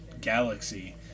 galaxy